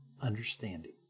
understanding